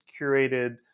curated